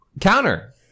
Counter